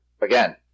Again